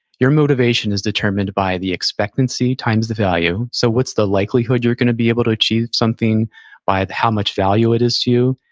your motivation is determined by the expectancy times the value. so, what's the likelihood you're going to be able to achieve something by how much value it is to you,